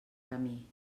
camí